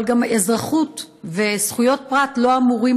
אבל אזרחות וזכויות פרט גם לא אמורות